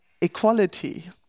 equality